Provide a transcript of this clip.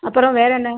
அப்புறம் வேறேன்ன